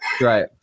right